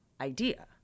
idea